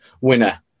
winner